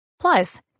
Plus